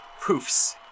Poofs